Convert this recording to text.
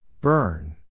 Burn